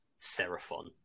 seraphon